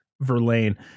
Verlaine